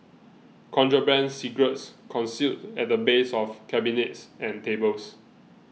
contraband cigarettes concealed at the base of cabinets and tables